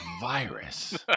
virus